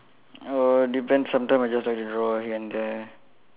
err depends sometimes I just like to draw here and there